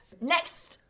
Next